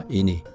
ini